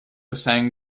sang